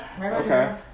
Okay